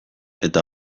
eta